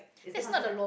is it consider